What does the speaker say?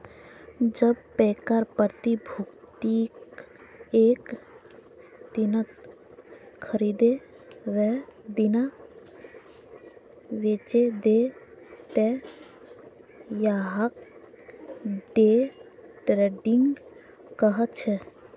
जब पैकार प्रतिभूतियक एक दिनत खरीदे वेय दिना बेचे दे त यहाक डे ट्रेडिंग कह छे